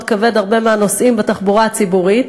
כבד הרבה מהנוסעים בתחבורה הציבורית,